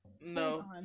no